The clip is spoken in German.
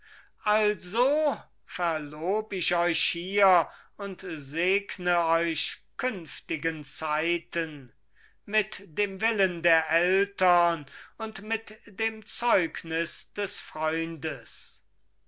also verlob ich euch hier und segn euch künftigen zeiten mit dem willen der eltern und mit dem zeugnis des freundes